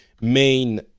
main